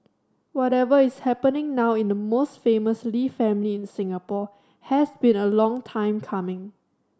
whatever is happening now in the most famous Lee family in Singapore has been a long time coming